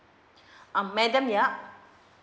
I'm madam yap